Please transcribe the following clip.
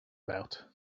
about